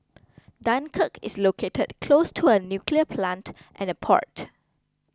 Dunkirk is located close to a nuclear plant and a port